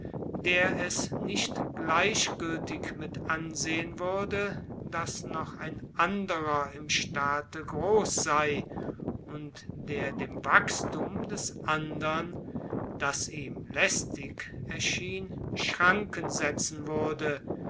der es nicht gleichgültig mit ansehen würde daß noch ein anderer in staate groß sei und der dem wachsthum des andern das ihm lästig erschien schranken setzen würde